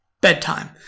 bedtime